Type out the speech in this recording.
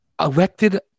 Elected